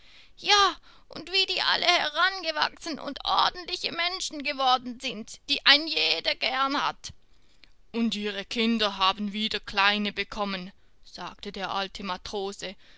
ja und wie die alle herangewachsen und ordentliche menschen geworden sind die ein jeder gern hat und ihre kinder haben wieder kleine bekommen sagte der alte matrose